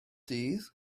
dydd